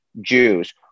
Jews